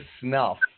snuff